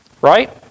Right